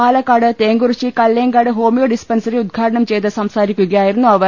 Palakkad Thenkurissi Kallenkad homeo dispensary ഉദ്ഘാടനം ചെയ്തു സംസ്ാരിക്കുകയായിരുന്നു അവർ